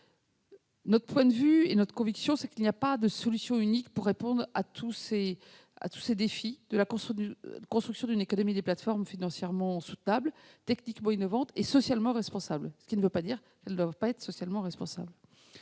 très diverses. Notre conviction est qu'il n'y a pas de solution unique pour répondre à tous les défis de la construction d'une économie des plateformes financièrement soutenable, techniquement innovante et socialement responsable, ce qui ne veut pas dire qu'elle ne doive pas être socialement responsable.